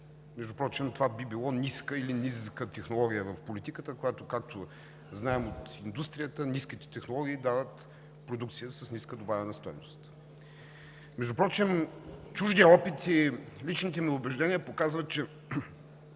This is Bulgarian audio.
Впрочем, това би било ниска или низка технология в политиката, която, както знаем от индустрията, ниските технологии дават продукция с ниска добавена стойност. Чуждият опит и личните ми убеждения показват, че